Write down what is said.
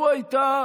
לו הייתה